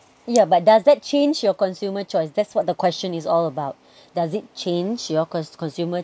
yeah but does that change your consumer choice that's what the question is all about does it change your cons~ consumer